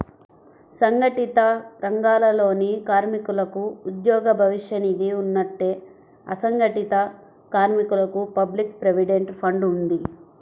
సంఘటిత రంగాలలోని కార్మికులకు ఉద్యోగ భవిష్య నిధి ఉన్నట్టే, అసంఘటిత కార్మికులకు పబ్లిక్ ప్రావిడెంట్ ఫండ్ ఉంది